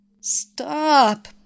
Stop